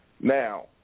Now